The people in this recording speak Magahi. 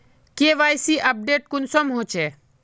के.वाई.सी अपडेट कुंसम होचे?